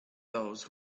those